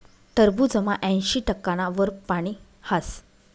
टरबूजमा ऐंशी टक्काना वर पानी हास